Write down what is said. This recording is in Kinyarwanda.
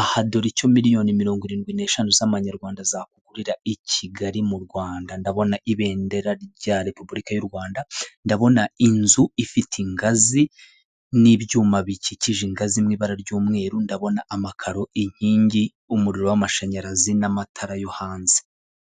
aha dore icyo miliyoni mirongo irindwi n'eshanu z'amanyarwanda zakugurira i Kigali mu Rwanda ndabona ibendera rya repubulika y'u Rwanda ndabona inzu ifite ingazi n'ibyuma bikikije ingazi mu ibara ry'umweru ndabona amakaro, inkingi umuriro w'amashanyarazi n'amatara yo hanze .